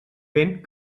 vent